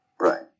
Right